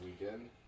weekend